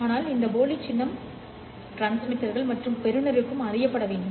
ஆனால் இந்த போலி சின்னம் டிரான்ஸ்மிட்டர்கள் மற்றும் பெறுநருக்கும் அறியப்பட வேண்டும்